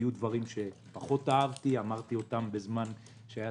היו דברים שפחות אהבתי ואמרתי אותם בזמנו,